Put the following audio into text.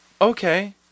Okay